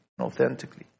authentically